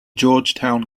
georgetown